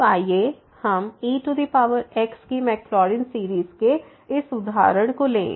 अब आइए हम ex की मैकलॉरिन सीरीज़ के इस उदाहरण को लें